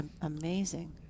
amazing